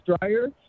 dryer